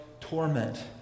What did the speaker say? torment